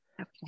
Okay